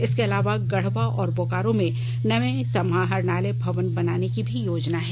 इसके अलावा गढ़वा और बोकारो में नए समाहरणालय भवन बनाने की भी योजना है